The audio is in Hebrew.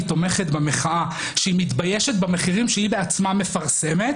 תומכת במחאה ושהיא מתביישת במחירים שהיא עצמה מפרסמת